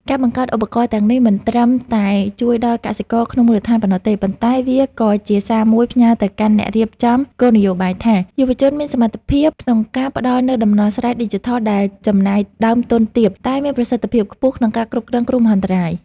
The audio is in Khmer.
ការបង្កើតឧបករណ៍ទាំងនេះមិនត្រឹមតែជួយដល់កសិករក្នុងមូលដ្ឋានប៉ុណ្ណោះទេ ប៉ុន្តែវាក៏ជាសារមួយផ្ញើទៅកាន់អ្នករៀបចំគោលនយោបាយថា យុវជនមានសមត្ថភាពក្នុងការផ្ដល់នូវដំណោះស្រាយឌីជីថលដែលចំណាយដើមទុនទាប តែមានប្រសិទ្ធភាពខ្ពស់ក្នុងការគ្រប់គ្រងគ្រោះមហន្តរាយ។